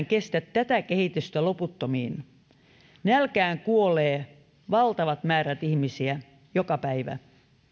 kestä myöskään tätä kehitystä loputtomiin nälkään kuolee valtavat määrät ihmisiä joka päivä